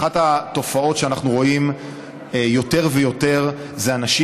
ואחת התופעות שאנחנו רואים יותר ויותר זה אנשים